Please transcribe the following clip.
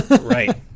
Right